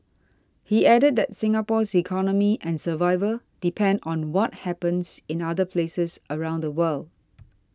he added that Singapore's economy and survival depend on what happens in other places around the world